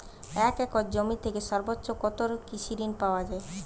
এক একর জমি থেকে সর্বোচ্চ কত কৃষিঋণ পাওয়া য়ায়?